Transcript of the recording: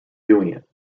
doing